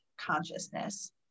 consciousness